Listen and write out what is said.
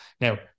Now